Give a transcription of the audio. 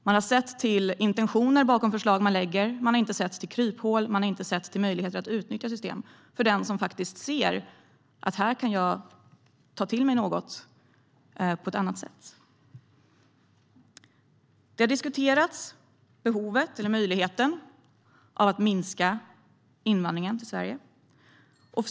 Man har sett till intentioner bakom förslag man lägger fram, men man har inte sett till kryphål eller möjligheter att utnyttja system för den som ser att det går att ta till sig något på ett annat sätt. Behovet eller möjligheten att minska invandringen till Sverige har diskuterats.